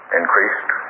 increased